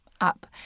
up